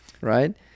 Right